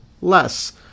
less